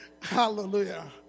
Hallelujah